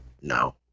no